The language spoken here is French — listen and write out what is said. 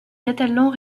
catalans